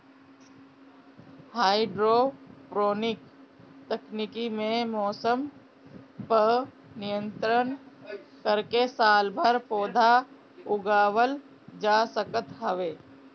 hydroponic तकनीकी में मौसम पअ नियंत्रण करके सालभर पौधा उगावल जा सकत हवे